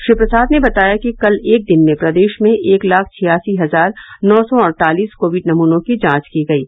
श्री प्रसाद ने बताया कि कल एक दिन में प्रदेश में एक लाख छियासी हजार नौ सौ अड़तालीस कोविड नमूनों की जांच की गयी